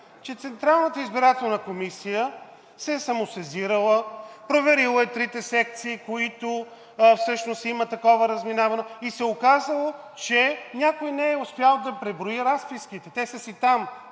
Че Централната избирателна комисия се е самосезирала, проверила е трите секции, в които всъщност има такова разминаване, и се е оказало, че някой не е успял да преброи разписките, те са си там,